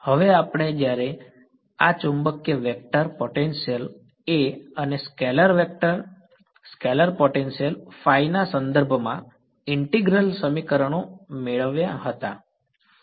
હવે જ્યારે આપણે આ ચુંબકીય વેક્ટર પોટેન્શિયલ A અને સ્કેલર વેક્ટર સ્કેલર પોટેન્શિયલ ના સંદર્ભમાં ઇન્ટેગ્રલ સમીકરણો મેળવ્યા હતા